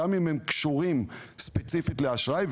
גם אם הם קשורים ספציפית לאשראי,